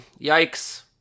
yikes